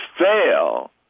fail